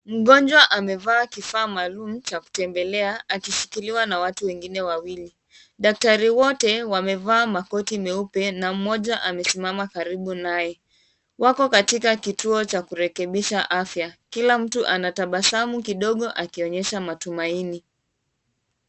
Mgonjwa amevaa kifaa maalum cha kutembelea akishikiliwa na watu wengine wawili. Daktari wote wamevaa makoti meupe na mmoja anasimama karibu naye. Wako katika kituo cha kurekebisha afya, kila mtu anatabasamu kidogo akionyesha matumaini.